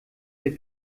der